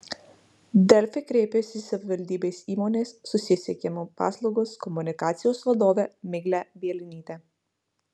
delfi kreipėsi į savivaldybės įmonės susisiekimo paslaugos komunikacijos vadovę miglę bielinytę